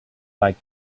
like